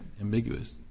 ambiguous